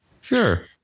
Sure